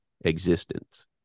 existence